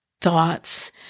Thoughts